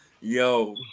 yo